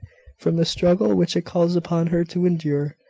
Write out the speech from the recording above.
from the struggle which it calls upon her to endure,